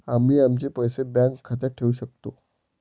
आम्ही आमचे पैसे बँक खात्यात ठेवू शकतो